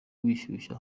bishyushya